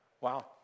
Wow